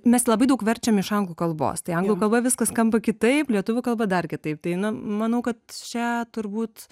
mes labai daug verčiam iš anglų kalbos tai anglų kalba viskas skamba kitaip lietuvių kalba dar kitaip tai nu manau kad čia turbūt